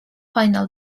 final